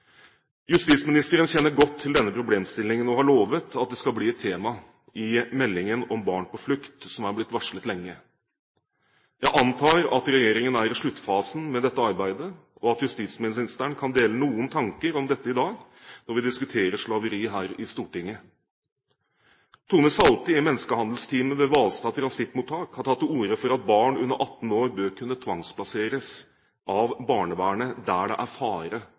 Justisministeren kjenner godt til denne problemstillingen og har lovet at det skal bli et tema i meldingen om barn på flukt, som er blitt varslet lenge. Jeg antar at regjeringen er i sluttfasen med dette arbeidet, og at justisministeren kan dele noen tanker om dette i dag, når vi diskuterer slaveri her i Stortinget. Tone Salthe i menneskehandelsteamet ved Hvalstad Transittmottak har tatt til orde for at barn under 18 år bør kunne bli tvangsplassert av barnevernet der det er fare